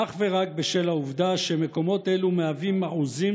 אך ורק בשל העובדה שמקומות אלו מהווים מעוזים